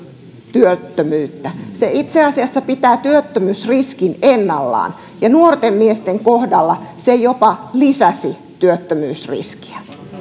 työttömyyttä se itse asiassa pitää työttömyysriskin ennallaan ja nuorten miesten kohdalla se jopa lisäsi työttömyysriskiä